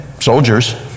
soldiers